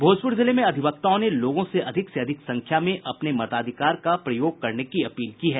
भोजपुर जिले में अधिवक्ताओं ने लोगों से अधिक से अधिक संख्या में अपने मताधिकार का प्रयोग करने की अपील की है